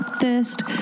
thirst